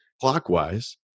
clockwise